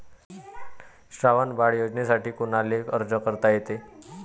श्रावण बाळ योजनेसाठी कुनाले अर्ज करता येते?